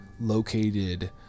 located